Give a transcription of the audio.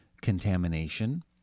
Contamination